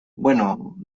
bueno